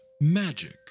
Magic